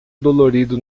dolorido